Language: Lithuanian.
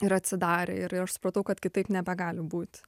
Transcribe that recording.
ir atsidarė ir ir aš supratau kad kitaip nebegali būti